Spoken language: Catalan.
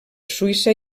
suïssa